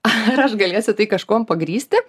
ar aš galėsiu tai kažkuom pagrįsti